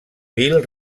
bill